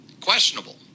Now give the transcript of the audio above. questionable